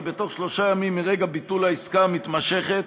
כי בתוך שלושה ימים מרגע ביטול העסקה המתמשכת